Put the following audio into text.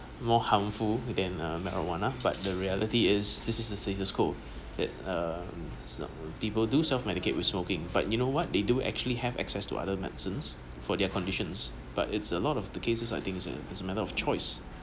more harmful than marijuana but the reality is this is the status quo that uh people do self medicate with smoking but you know what they do actually have access to other medicines for their conditions but it's a lot of the cases I think uh it's it's a matter of choice